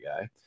guy